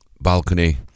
balcony